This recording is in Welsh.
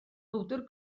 powdr